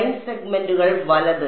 line സെഗ്മെന്റുകൾ വലത്